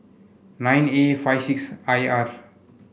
nine A five six I R